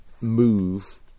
move